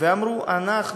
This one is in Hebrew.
והם אמרו: אנחנו,